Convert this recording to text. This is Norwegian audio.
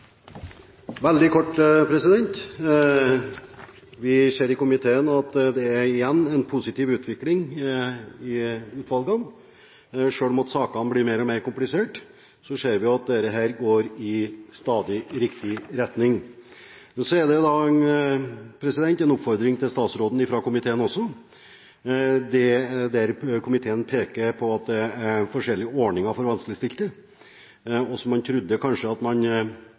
Veldig kort: Vi ser i komiteen at det igjen er en positiv utvikling i utvalgene. Selv om sakene blir mer og mer kompliserte, ser vi at dette går i stadig riktig retning. Så er det en oppfordring til statsråden fra komiteen, der komiteen peker på forskjellige ordninger for vanskeligstilte, som man trodde at man